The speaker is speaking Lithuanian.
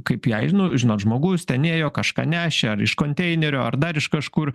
kaip jai nu žinot žmogus ten ėjo kažką nešė ar iš konteinerio ar dar iš kažkur